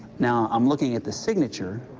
now i'm looking at the signature.